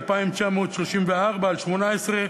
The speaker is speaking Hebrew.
פ/2934/18,